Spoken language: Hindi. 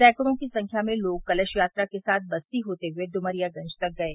सैकड़ो की संख्या में लोग कलश यात्रा के साथ बस्ती होते हुए ड्मरियागंज तक गये